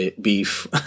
beef